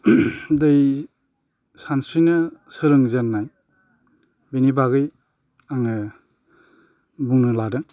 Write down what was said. दै सानस्रिनो सोलोंजेननाय बेनि बागै आङो बुंनो लादों